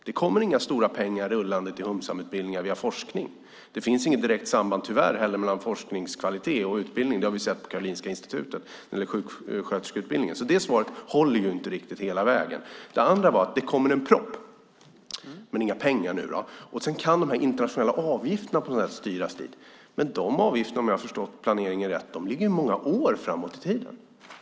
Det kommer inga stora pengar rullande till humsamutbildningar via forskning. Det finns heller inget direkt samband, tyvärr, mellan forskningskvalitet och utbildning. Det har vi sett på Karolinska Institutet när det gäller sjuksköterskeutbildningen, så det svaret håller inte riktigt hela vägen. Det kommer nu en proposition men inga pengar. Sedan kan de internationella avgifterna på något sätt styras till lärarledd undervisning. Men de avgifterna, om jag har förstått planeringen rätt, ligger många år framåt i tiden.